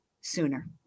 sooner